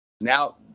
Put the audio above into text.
Now